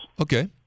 Okay